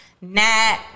Nat